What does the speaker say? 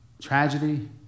Tragedy